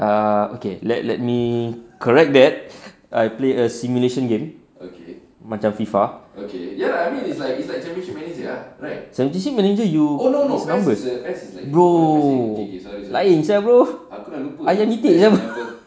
ah okay let let me correct that I play a simulation game okay macam FIFA championship manager you is numbers bro lain sia bro ayam itik